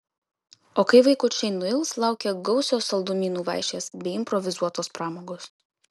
o kai vaikučiai nuils laukia gausios saldumynų vaišės bei improvizuotos pramogos